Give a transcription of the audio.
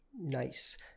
Nice